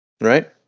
Right